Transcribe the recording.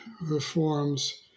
reforms